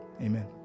Amen